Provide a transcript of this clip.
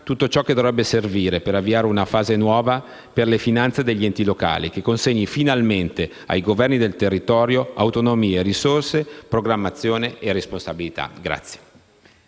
tutto ciò che dovrebbe servire per avviare una fase nuova per le finanze degli enti locali, che consegni finalmente ai governi del territorio autonomia, risorse, programmazione e responsabilità.